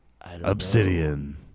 Obsidian